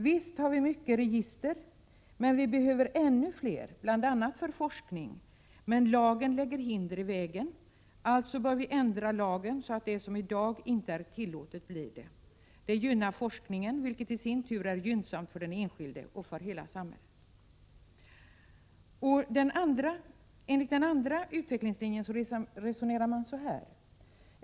Visst har vi många register, men vi behöver ännu flera, bl.a. för forskning. Men lagen lägger hinder i vägen. Alltså bör vi ändra lagen så att det som i dag inte är tillåtet blir det. Det gynnar forskningen, vilket i sin tur är gynnsamt för den enskilde och för hela samhället. Enligt den andra utvecklingslinjen resonerar man på följande sätt.